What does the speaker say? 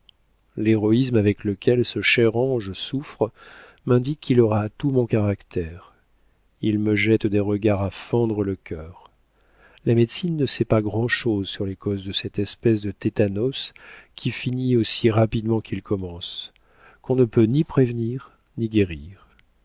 l'héroïsme avec lequel ce cher ange souffre m'indique qu'il aura tout mon caractère il me jette des regards à fendre le cœur la médecine ne sait pas grand'chose sur les causes de cette espèce de tétanos qui finit aussi rapidement qu'il commence qu'on ne peut ni prévenir ni